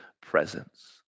presence